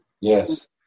Yes